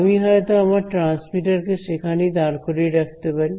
আমি হয়তো আমার ট্রান্সমিটার কে সেখানেই দাঁড় করিয়ে রাখতে পারি